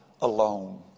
alone